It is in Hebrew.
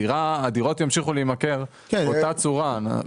הדירות ימשיכו להימכר באותה הצורה.